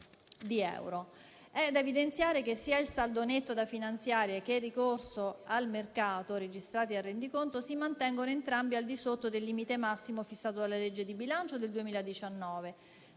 È da evidenziare che sia il saldo netto da finanziare sia il ricorso al mercato registrati dal rendiconto si mantengono entrambi al di sotto del limite massimo fissato dalla legge di bilancio del 2019,